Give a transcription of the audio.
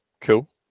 Cool